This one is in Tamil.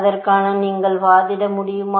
அதற்காக நீங்கள் வாதிட முடியுமா